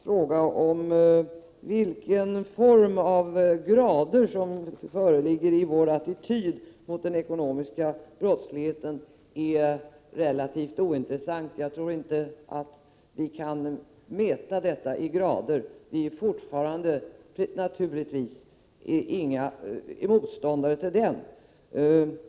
Frågan om vilken gradskillnad som föreligger i vår attityd mot den ekonomiska brottsligheten är relativt ointressant. Jag tror inte att vi kan mäta detta i grader. Naturligtvis är vi fortfarande motståndare till den.